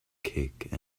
cake